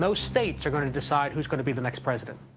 so states are going to decide who's going to be the next president.